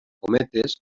cometes